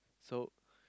so